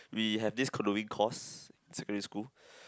we have this canoeing course secondary school